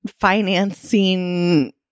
financing